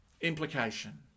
Implication